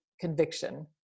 conviction